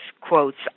quotes